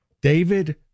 David